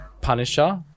Punisher